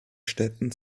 städten